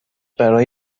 برای